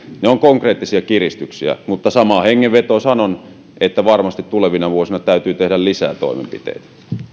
ne ovat konkreettisia kiristyksiä mutta samaan hengenvetoon sanon että varmasti tulevina vuosina täytyy tehdä lisää toimenpiteitä